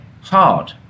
hard